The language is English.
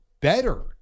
better